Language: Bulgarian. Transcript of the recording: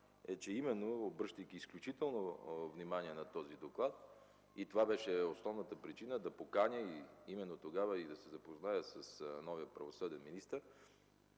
си преди малко, обръщайки изключително внимание на този доклад – това беше основната причина да поканя и тогава да се запозная с новия правосъден министър,